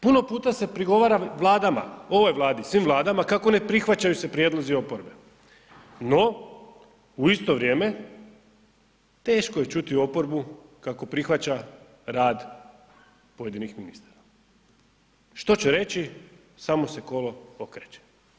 Puno se puta prigovara Vladama, ovoj Vladi, svim Vladama kako ne prihvaćaju se prijedlozi oporbe no u isto vrijeme, teško je čuti oporbu kako prihvaća rad pojedinih ministara što će reći samo se kolo okreće.